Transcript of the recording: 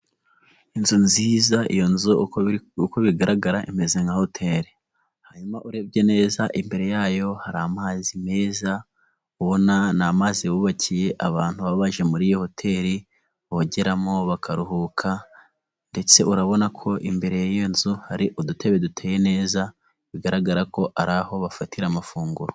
Inzu nziza, iyo nzu uko bigaragara imeze nka hotel hanyuma urebye neza imbere yayo hari amazi meza ubona ni amazi yubakiye abantu baje muri iyo hoteli bogeramo bakaruhuka ndetse urabona ko imbere y'iyo nzu hari udutebe duteye neza bigaragara ko ari aho bafatira amafunguro.